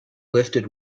lifted